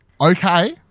okay